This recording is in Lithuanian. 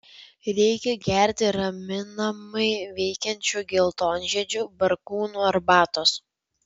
reikia gerti raminamai veikiančių geltonžiedžių barkūnų arbatos